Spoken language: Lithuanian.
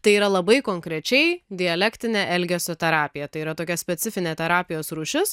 tai yra labai konkrečiai dialektinė elgesio terapija tai yra tokia specifinė terapijos rūšis